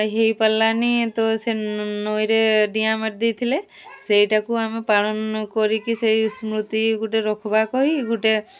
ହେଇପାରିଲାନି ତ ସେ ନଈରେ ଡିଆଁ ମାରି ଦେଇଥିଲେ ସେଇଟାକୁ ଆମେ ପାଳନ କରିକି ସେଇ ସ୍ମୃତି ଗୁଟେ ରଖ୍ବା କହି ଗୋଟେ